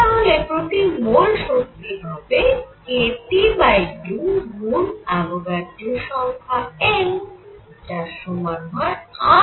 তাহলে প্রতি মোল শক্তি হবে kT2 গুন অ্যাভোগাড্রো সংখ্যা N যার সমান হয় RT2